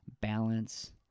balance